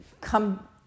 come